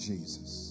Jesus